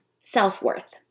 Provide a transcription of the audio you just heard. self-worth